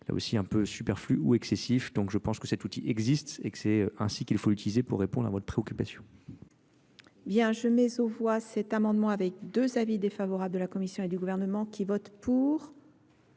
là aussi, un peu superflu ou excessif, donc je pense que cet outil existe et que c'est ainsi qu'il faut utiliser pour répondre. bien. Je mets aux voix cet amendement avec deux avis défavorables de la commission et du Gouvernement, qui vote pour